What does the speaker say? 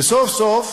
וסוף-סוף,